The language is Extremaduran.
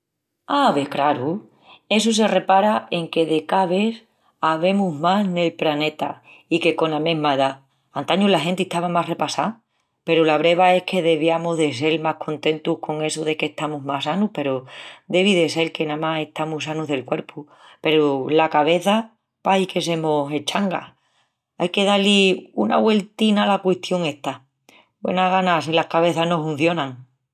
Ave, craru, essu se repara en que de ca ves avemus más nel praneta i que cona mesma edá, antañu la genti estava más repassá. Peru la breva es que deviamus de sel más contentus con essu de que estamus más sanus peru devi de sel que namás estamus sanus del cuerpu peru la cabeça pahi que se mos eschanga. Ai que da-li una güeltina ala custión esta. Güena gana si las cabeças no huncionan!